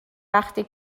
وقتی